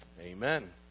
amen